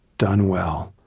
done well,